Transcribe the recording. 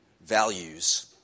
values